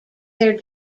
their